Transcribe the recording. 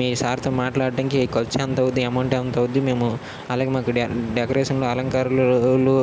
మీ సార్తో మాట్లాడానికి ఖర్చు ఎంత అవుతుంది ఎమౌంట్ ఎంత అవుతుంది మేము అలాగే మాకు డె డెకొరేషన్ అలంకారాలోళ్లు